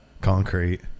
Concrete